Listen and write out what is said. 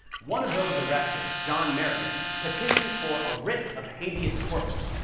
one of those arrested, john merryman, petitioned for a writ of habeas corpus,